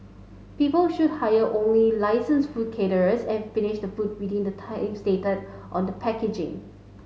people should hire only licensed food caterers and finish the food within the time stated on the packaging